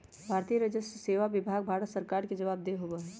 भारतीय राजस्व सेवा विभाग भारत सरकार के जवाबदेह होबा हई